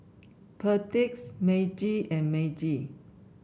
Perdix Meiji and Meiji